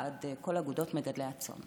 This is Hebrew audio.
כל אגודות מגדלי הצאן.